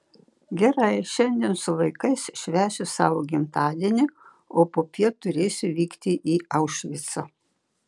gerai šiandien su vaikais švęsiu savo gimtadienį o popiet turėsiu vykti į aušvicą